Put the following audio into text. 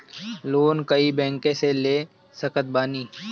Loan कोई bank से ले सकत बानी?